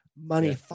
money